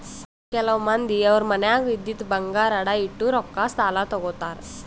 ಕೆಲವ್ ಮಂದಿ ಅವ್ರ್ ಮನ್ಯಾಗ್ ಇದ್ದಿದ್ ಬಂಗಾರ್ ಅಡ ಇಟ್ಟು ರೊಕ್ಕಾ ಸಾಲ ತಗೋತಾರ್